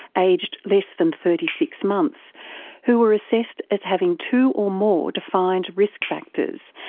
aged less than thirty six months who were assessed as having two or more defined risk factors,